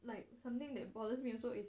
like something that bothers me also is